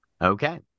Okay